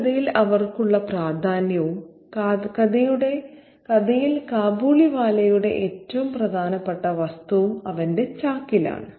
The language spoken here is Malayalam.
ഈ കഥയിൽ അവർക്കുള്ള പ്രാധാന്യവും കഥയിൽ കാബൂളിവാലയുടെ ഏറ്റവും പ്രധാനപ്പെട്ട വസ്തുവും അവന്റെ ചാക്കിലാണ്